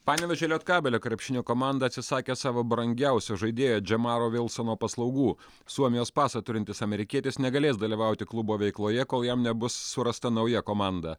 panevėžio lietkabelio krepšinio komanda atsisakė savo brangiausio žaidėjo džemaro vilsono paslaugų suomijos pasą turintis amerikietis negalės dalyvauti klubo veikloje kol jam nebus surasta nauja komanda